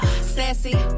Sassy